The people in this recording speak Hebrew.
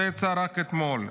זה יצא רק אתמול.